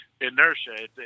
inertia